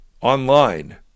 online